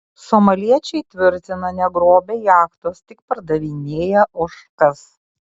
somaliečiai tvirtina negrobę jachtos tik pardavinėję ožkas